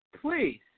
please